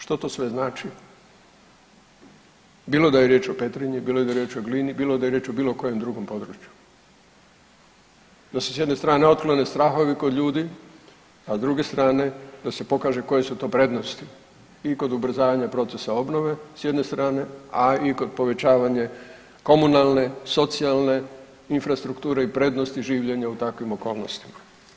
Što to sve znači bilo da je riječ o Petrinji, bilo da je riječ o Glini, bilo da je riječ o bilo kojem drugom području, da se s jedne strane otklone strahovi kod ljudi, a s druge strane da se pokaže koje su to prednosti i kod ubrzavanja procesa obnove s jedne strane, a i kod povećavanja komunalne, socijalne infrastrukture i prednosti življenja u takvim okolnostima.